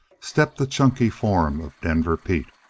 stepped the chunky form of denver pete,